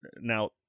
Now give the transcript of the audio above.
now